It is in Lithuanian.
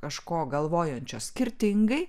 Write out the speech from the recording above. kažko galvojančios skirtingai